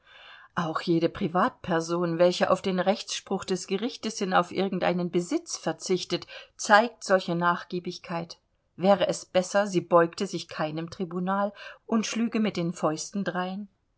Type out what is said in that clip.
auch jede privatperson welche auf den rechtsspruch des gerichtes hin auf irgend einen besitz verzichtet zeigt solche nachgiebigkeit wäre es besser sie beugte sich keinem tribunal und schlüge mit den fäusten drein